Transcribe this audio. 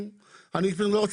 את